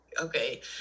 Okay